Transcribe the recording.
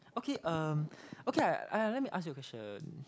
okay um okay I let me ask you a question